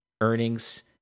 earnings